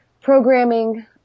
programming